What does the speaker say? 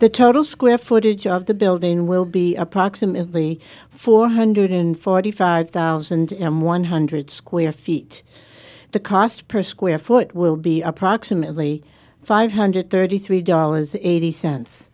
the total square footage of the building will be approximately four hundred and forty five thousand one hundred square feet the cost per square foot will be approximately five hundred thirty three dollars eighty cents